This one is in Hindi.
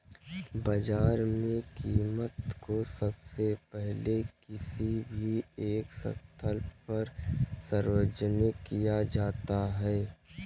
बाजार में कीमत को सबसे पहले किसी भी एक स्थल पर सार्वजनिक किया जाता है